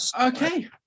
Okay